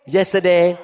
Yesterday